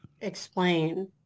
explain